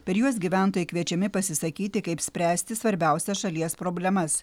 per juos gyventojai kviečiami pasisakyti kaip spręsti svarbiausias šalies problemas